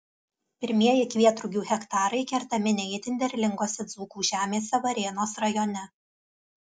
pirmieji kvietrugių hektarai kertami ne itin derlingose dzūkų žemėse varėnos rajone